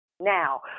Now